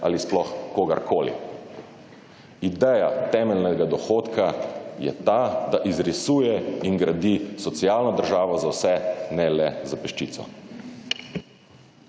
ali sploh kogarkoli. Ideja temeljnega dohodka je ta, da izrisuje in gradi socialno državo za vse ne le za peščico.